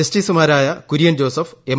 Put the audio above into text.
ജസ്റ്റിസുമാരായ കുര്യൻ ജോസഫ് എം